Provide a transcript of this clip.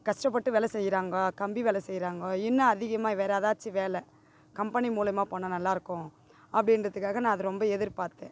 கஷ்டப்பட்டு வேலை செய்கிறாங்கோ கம்பி வேலை செய்கிறாங்கோ இன்னும் அதிகமாக வேற எதாச்சும் வேலை கம்பெனி மூலியமா போனால் நல்லாயிருக்கும் அப்படின்றதுக்காக நான் அதை ரொம்ப எதிர்பார்த்தேன்